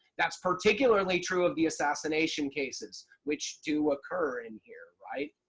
that's particularly true of the assassination cases which do occur in here. right?